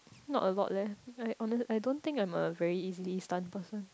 not a lot leh I honest I don't think I'm a very easily stunned person